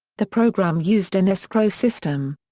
the programme used an escrow system.